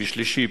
ושלישי,